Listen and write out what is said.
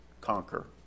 conquer